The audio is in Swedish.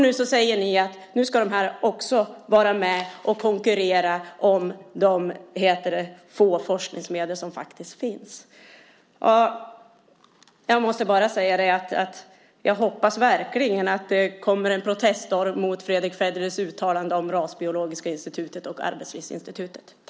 Nu säger ni att forskarna på Arbetslivsinstitutet också ska vara med och konkurrera om de forskningsmedel som finns. Jag hoppas verkligen att det kommer en proteststorm mot Fredrick Federleys uttalande om det rasbiologiska institutet och Arbetslivsinstitutet.